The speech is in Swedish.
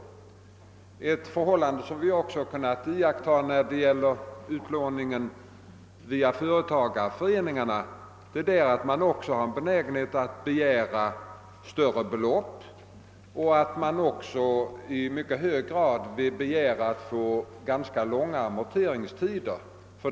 Ett annat förhållande som vi kunnat iaktta i samband med utlåningen via företagarföreningarna är att man har en benägenhet att begära större lånebelopp och längre amorteringstider.